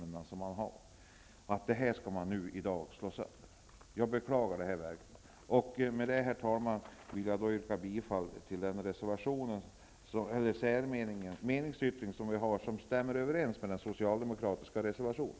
Denna möjlighet skall nu i dag slås sönder, och det beklagar jag verkligen. I och med detta, herr talman, yrkar jag bifall till vår meningsyttring, som stämmer överens med den socialdemokratiska reservationen.